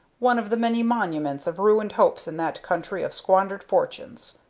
one of the many monuments of ruined hopes in that country of squandered fortunes.